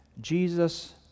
Jesus